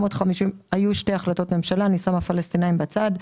היו שתי החלטות ממשלה; אני שמה את הפלסטינאים בצד,